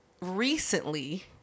recently